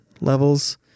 levels